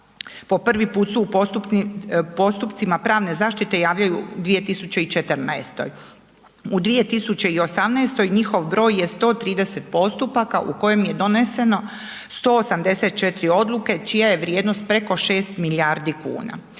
po prvi put su u postupcima pravne zaštite javljaju u 2014. U 2018. njihov broj je 130 postupaka u kojem je doneseno 184 odluke čija je vrijednost preko 6 milijardi kuna.